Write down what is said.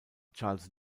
charles